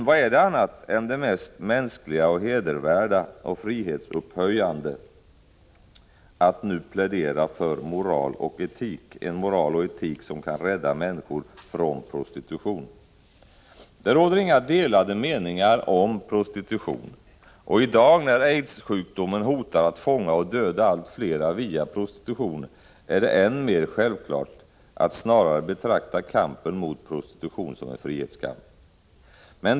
Vad är det annat än det mest mänskliga, hedervärda och frihetsupphöjande att nu plädera för moral och etik, en moral och etik som kan rädda människor från prostitution? Det råder inga delade meningar om prostitutionen. I dag, när aidssjukdomen hotar att fånga och döda allt flera via prostitutionen, är det än mer självklart att snarare betrakta kampen mot prostitutionen som en frihetskamp.